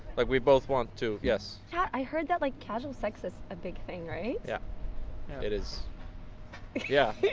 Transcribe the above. like we both want to yes yeah i heard that like casual sex is a big thing, right? yeah it is yeah,